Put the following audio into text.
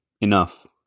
enough